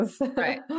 Right